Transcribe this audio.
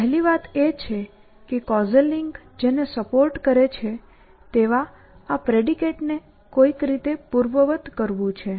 પહેલી વાત એ છે કે કૉઝલ લિંક જેને સપોર્ટ કરે છે તેવા આ પ્રેડિકેટ ને કોઈક રીતે પૂર્વવત્ કરવું છે